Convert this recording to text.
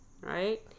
right